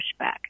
pushback